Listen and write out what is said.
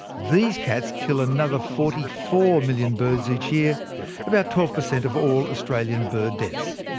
these cats kill another forty four million birds each year about twelve percent of all australian bird deaths.